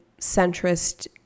centrist